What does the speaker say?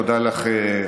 תודה לך,